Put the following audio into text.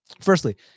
firstly